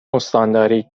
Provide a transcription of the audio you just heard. استانداری